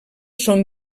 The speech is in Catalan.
són